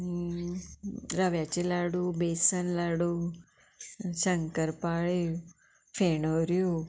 रव्याचे लाडू बेसन लाडू शंकर पाळ्यो फेणोऱ्यो